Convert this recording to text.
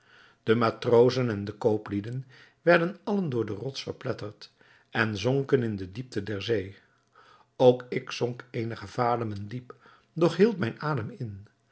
de matrozen en de kooplieden werden allen door de rots verpletterd en zonken in de diepte der zee ook ik zonk eenige vademen diep doch hield mijn adem in